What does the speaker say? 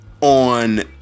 on